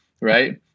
right